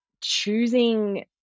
choosing